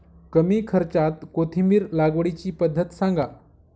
कमी खर्च्यात कोथिंबिर लागवडीची पद्धत सांगा